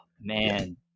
man